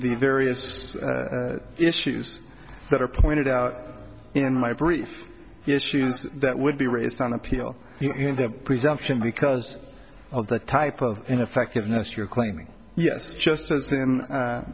various issues that are pointed out in my brief issues that would be raised on appeal in that presumption because of the type of ineffectiveness you're claiming yes just